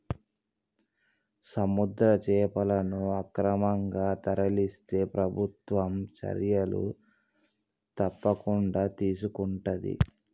సముద్ర చేపలను అక్రమంగా తరలిస్తే ప్రభుత్వం చర్యలు తప్పకుండా తీసుకొంటది